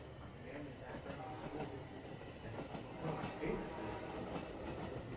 my family background, my school history, and one of my favorites is this one.